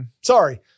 Sorry